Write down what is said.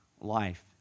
life